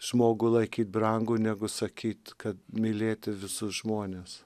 žmogų laikyt brangų negu sakyt kad mylėti visus žmones